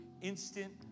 instant